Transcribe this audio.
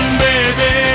baby